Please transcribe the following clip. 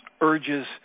urges